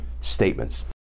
statements